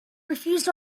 refused